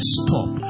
stop